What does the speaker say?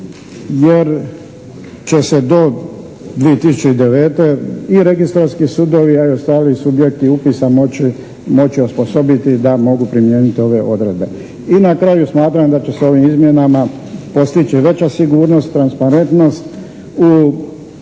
jer će se do 2009. i registarski sudovi, a i ostali subjekti upisa moći osposobiti da mogu primijeniti ove odredbe. I na kraju smatram da će se ovim izmjenama postići veća sigurnost, transparentnost u